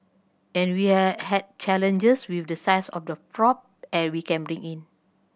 and we had challenges with the size of the prop and we can bring in